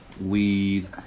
weed